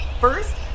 first